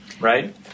right